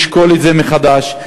לשקול את זה מחדש,